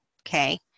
okay